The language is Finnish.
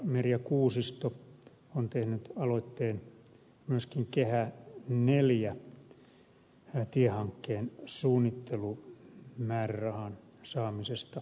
merja kuusisto on tehnyt aloitteen myöskin kehä iv tiehankkeen suunnittelumäärärahan saamisesta budjettiin